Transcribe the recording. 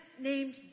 named